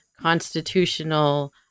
constitutional